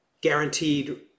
guaranteed